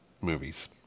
movies